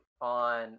on